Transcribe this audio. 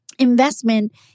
Investment